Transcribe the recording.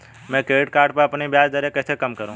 मैं credit card पर अपनी ब्याज दरें कैसे कम करूँ?